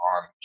on